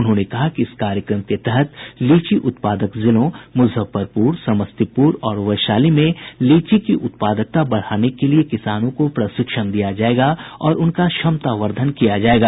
उन्होंने कहा कि इस कार्यक्रम के तहत लीची उत्पादक जिलों मुजफ्फरपुर समस्तीपुर और वैशाली में लीची की उत्पादकता बढ़ाने के लिये किसानों को प्रशिक्षण दिया जायेगा और उनका क्षमतावर्द्वन किया जायेगा